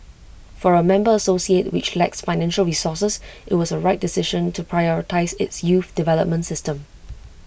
for A member association which lacks financial resources IT was A right decision to prioritise its youth development system